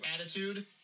attitude